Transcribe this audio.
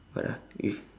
what ah with